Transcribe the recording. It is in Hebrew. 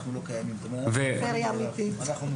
אנחנו לא קיימים -- רגע רגע,